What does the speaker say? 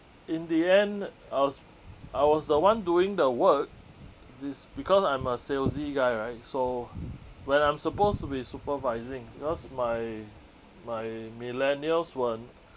in the end I was I was the one doing the work this because I'm a salesy guy right so when I'm supposed to be supervising because my my millennials were